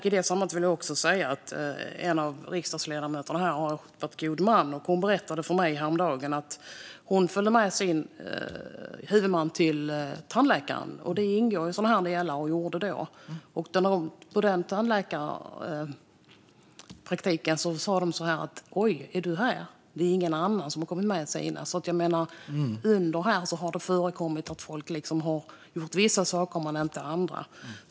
I det sammanhanget vill jag också säga att en av riksdagsledamöterna, som varit god man, häromdagen berättade för mig att hon följde med sin huvudman till tandläkaren. Det ingår sådana delar i det här. På tandläkarpraktiken sa de så här: Oj, är du här! Det är ingen annan som har kommit med sina. Det har alltså förekommit att folk har gjort vissa saker men inte andra.